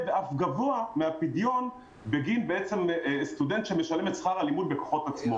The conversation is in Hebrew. ואף גבוה מהפדיון בגין סטודנט שמשלם את שכר הלימוד בכוחות עצמו.